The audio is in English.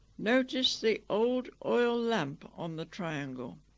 notice the old oil lamp on the triangle